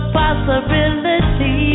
possibility